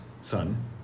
son